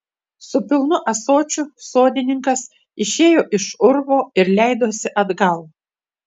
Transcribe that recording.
su pilnu ąsočiu sodininkas išėjo iš urvo ir leidosi atgal